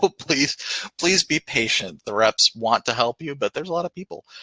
but please please be patient. the reps want to help you, but there's a lot of people.